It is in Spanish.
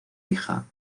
hija